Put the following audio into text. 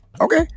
Okay